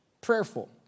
prayerful